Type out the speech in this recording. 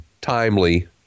timely